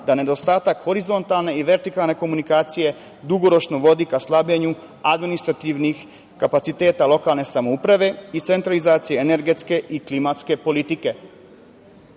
da nedostatak horizontalne i vertikalne komunikacije dugoročno vodi ka slabljenju administrativnih kapaciteta lokalne samouprave i centralizacije energetske i klimatske